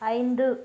ஐந்து